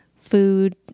food